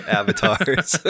avatars